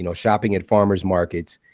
and shopping at farmers markets,